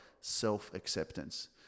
self-acceptance